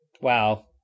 wow